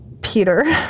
peter